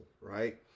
right